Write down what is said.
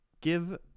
give